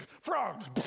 frogs